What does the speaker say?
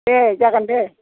दे जागोन बे